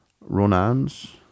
Ronan's